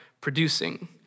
producing